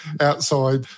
outside